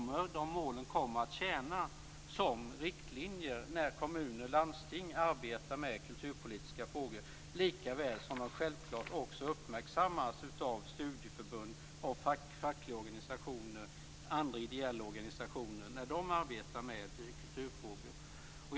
Men målen kommer att tjäna som riktlinjer när kommuner och landsting arbetar med kulturpolitiska frågor, likaväl som de självfallet också uppmärksammas av studieförbund, fackliga organisationer och ideella organisationer när de arbetar med kulturfrågor.